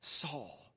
Saul